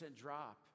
drop